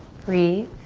breathe.